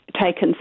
taken